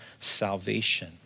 salvation